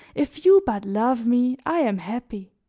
if you but love me i am happy